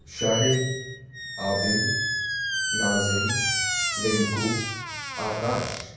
Shahid Abid Nazim Rinku Akash